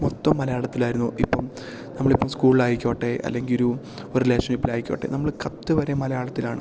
മൊത്തവും മലയാളത്തിലായിരുന്നു ഇപ്പം നമ്മളിപ്പം സ്കൂൾലായിക്കോട്ടെ അല്ലെങ്കിൽ ഒരു ഒര് റിലേഷൻഷിപ്പിലായിക്കോട്ടെ നമ്മൾ കത്ത് വരെ മലയാളത്തിലാണ്